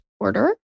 Order